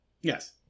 Yes